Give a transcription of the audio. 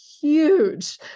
huge